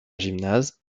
gymnase